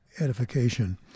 edification